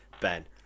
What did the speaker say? Ben